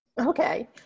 Okay